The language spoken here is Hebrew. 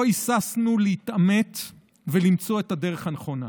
לא היססנו להתעמת ולמצוא את הדרך הנכונה,